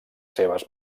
seves